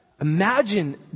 Imagine